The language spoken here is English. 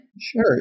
Sure